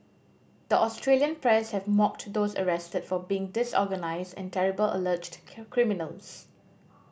the Australian press have mocked those arrested for being disorganised and terrible alleged criminals